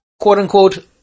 quote-unquote